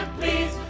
please